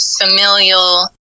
familial